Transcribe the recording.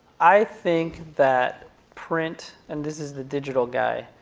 i think that print, and this is the digital guy.